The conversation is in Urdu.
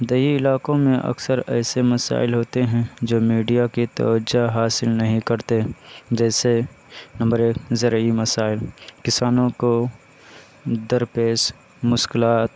دیہی علاقوں میں اکثر ایسے مسائل ہوتے ہیں جو میڈیا کی توجہ حاصل نہیں کرتے جیسے نمبر ایک ذرعی مسائل کسانوں کو درپیش مشکلات